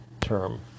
term